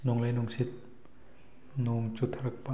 ꯅꯣꯡꯂꯩ ꯅꯨꯡꯁꯤꯠ ꯅꯣꯡ ꯆꯨꯊꯔꯛꯄ